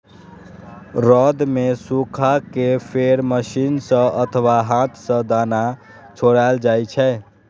रौद मे सुखा कें फेर मशीन सं अथवा हाथ सं दाना छोड़ायल जाइ छै